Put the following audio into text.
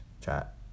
chat